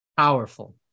Powerful